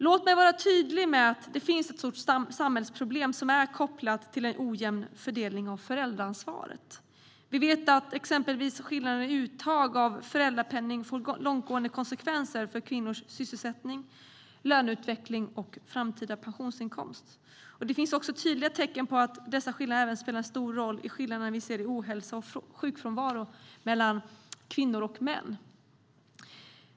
Låt mig vara tydlig med att det finns ett stort samhällsproblem som är kopplat till en ojämn fördelning av föräldraansvaret. Vi vet att exempelvis skillnader i uttag av föräldrapenning får långtgående konsekvenser för kvinnors sysselsättning, löneutveckling och framtida pensionsinkomst. Det finns tydliga tecken på att dessa skillnader även spelar en stor roll i de skillnader som vi ser i ohälsa och sjukfrånvaro mellan kvinnor och män.